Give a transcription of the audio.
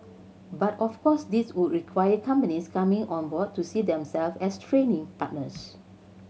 but of course this would require companies coming on board to see themselves as training partners